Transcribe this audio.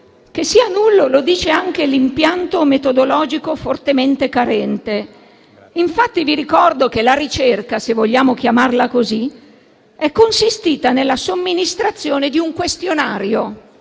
Che sia nullo lo dice anche l'impianto metodologico fortemente carente. Infatti, vi ricordo che la ricerca, se vogliamo chiamarla così, è consistita nella somministrazione di un questionario: